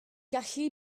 gallu